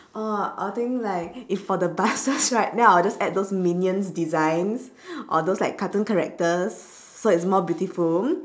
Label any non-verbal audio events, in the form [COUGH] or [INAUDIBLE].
oh I think like if for the buses [LAUGHS] right then I'll just add those minions designs or those like cartoon characters so it's more beautiful